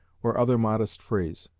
or other modest phrase.